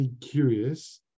curious